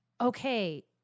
okay